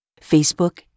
Facebook